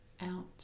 out